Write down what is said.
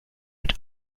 mit